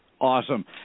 Awesome